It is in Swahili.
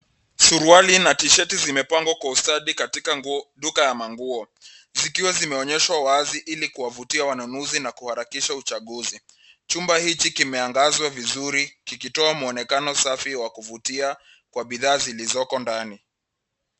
Suruali na tishati zimepangwa kwa ustadi katika duka ya manguo zikiwa zimeonyeshwa wazi ili kuwavutia wanunuzi na kuharakisha uchaguzi. Chumba hiki kimeangazwa vizuri kikitoa mwonekano safi wa kuvutia kwa bidhaa zilizoko ndani.